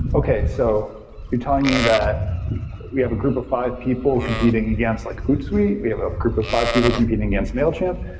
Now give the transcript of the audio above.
okay. so you're telling me that we we have a group of five people competing against like hootsuite? we we have a group of five people competing against mailchimp?